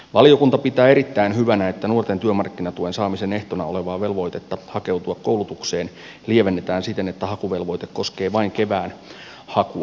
valiokunta pitää erittäin hyvänä että nuorten työmarkkinatuen saamisen ehtona olevaa velvoitetta hakeutua koulutukseen lievennetään siten että hakuvelvoite koskee vain kevään hakua